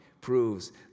proves